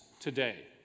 today